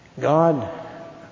God